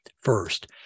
First